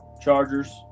Chargers